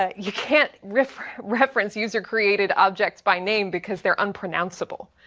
ah you can't reference reference user created objects by name because they're unpronounceable.